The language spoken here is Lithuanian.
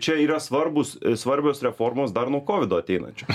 čia yra svarbūs svarbios reformos dar nuo kovido ateinančios